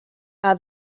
are